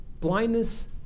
blindness